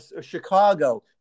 Chicago